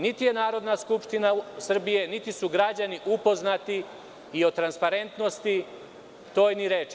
Niti je Narodna skupština Srbije, niti su građani upoznati i o transparentnosti toj ni reči.